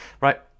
Right